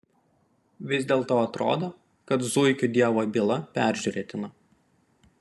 vis dėlto atrodo kad zuikių dievo byla peržiūrėtina